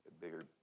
bigger